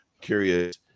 Curious